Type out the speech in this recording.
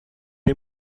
est